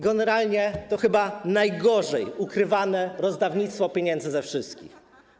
Generalnie to chyba najgorzej ukrywane rozdawnictwo pieniędzy ze wszystkich.